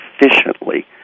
efficiently